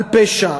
על פשע,